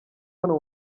hano